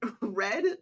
red